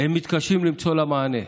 והם מתקשים למצוא לה מענה.